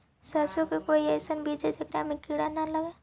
सरसों के कोई एइसन बिज है जेकरा में किड़ा न लगे?